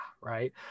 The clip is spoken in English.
right